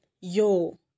yo